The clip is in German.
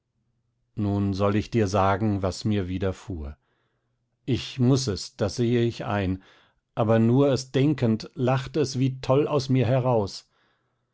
nun soll ich dir sagen was mir widerfuhr ich muß es das sehe ich ein aber nur es denkend lacht es wie toll aus mir heraus